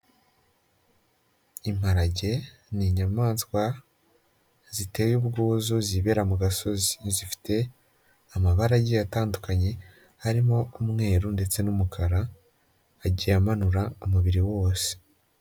Imparage ni inyamaswa ziteye ubwuzu zibera mu gasozi, zifite amabara agiye atandukanye harimo umweru ndetse n'umukara, agiye amanura umubiri wose.